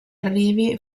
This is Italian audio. arrivi